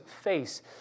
face